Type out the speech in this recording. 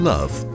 Love